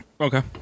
Okay